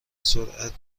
سرعت